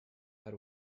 had